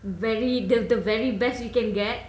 very the the very best we can get